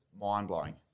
mind-blowing